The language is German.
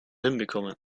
hinbekommen